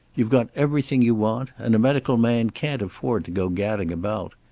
you've got everything you want. and a medical man can't afford to go gadding about.